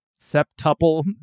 septuple